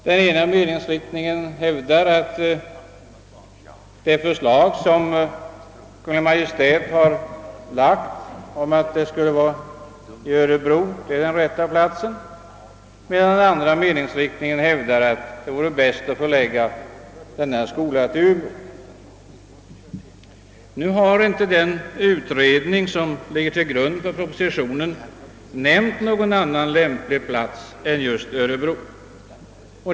Den ena meningsriktningen hävdar i likhet med Kungl. Maj:ts förslag att Örebro är den rätta platsen, medan den andra anser att det vore bäst att förlägga denna högskola till Umeå. Den utredning som ligger till grund för propositionen har inte nämnt någon annan lämplig plats än just Örebro.